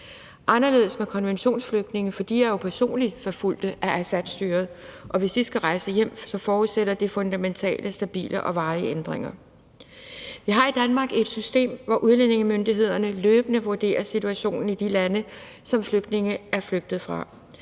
det sig med konventionsflygtninge, for de er jo personligt forfulgte af Assadstyret, og hvis de skal rejse hjem, forudsætter det fundamentale, stabile og varige ændringer. Vi har i Danmark et system, hvor udlændingemyndighederne løbende vurderer situationen i de lande, som flygtninge er flygtet fra.